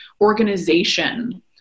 organization